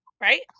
right